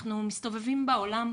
אנחנו מסתובבים בעולם,